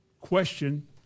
question